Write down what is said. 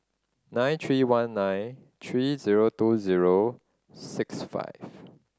nine three one nine three zero two zero six five